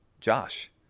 Josh